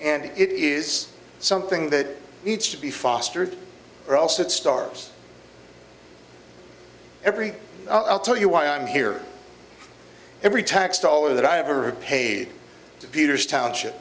and it is something that needs to be fostered or else it stars every i'll tell you why i'm here every tax dollar that i ever paid to peters township